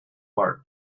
mar